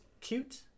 cute